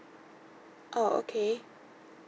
orh okay